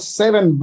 seven